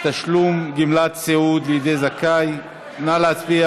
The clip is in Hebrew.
(תשלום גמלת סיעוד לידי הזכאי, ביטול התנאי